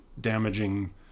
damaging